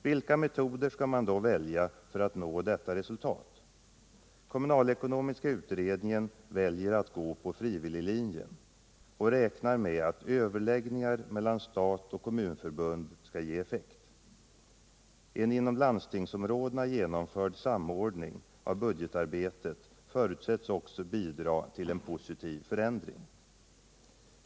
Vilka metoder skall man då välja för att nå detta resultat? Kommunalekonomiska utredningen väljer att gå på frivilliglinjen och räknar med att överläggningar mellan stat och kommunförbund skall ge effekt. En inom landstingsområdena genomförd samordning av budgetarbetet förutsätts också bidra till en positiv förändring.